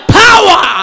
power